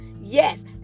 Yes